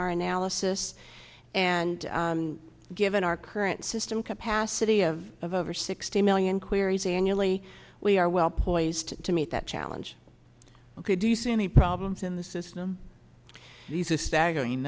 our analysis and given our current system capacity of of over sixty million queries annually we are well poised to meet that challenge we could do you see any problems in the system these are staggering